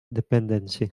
dependency